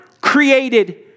created